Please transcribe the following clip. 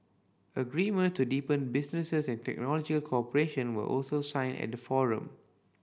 agreement to deepen business and technological cooperation were also signed at the forum